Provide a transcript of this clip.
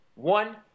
one